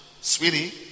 sweetie